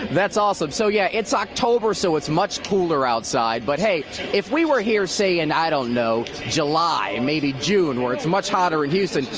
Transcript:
that's awesome. so yeah it's october. so it's much cooler outside. but hey, if we were here say in, i don't know, july, maybe june where it's much hotter in houston,